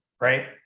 right